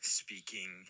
speaking